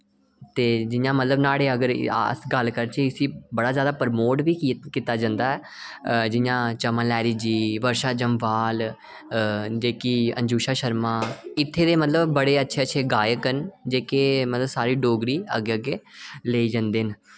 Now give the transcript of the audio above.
ते जि'यां मतलब न्हाड़े अगर अस गल्ल करचै इसी बड़ा ज्यादा प्रमोट बी कीत्ता जंदा ऐ जि'यां चमन लैहरी जी वर्शा जम्बाल जेह्की अंजुशा शर्मा इत्थूं दे मतलब बड़े अच्छे अच्छे गायक न जेह्के मतलब साढ़ी डोगरी अग्गै अग्गै लेई जन्दे न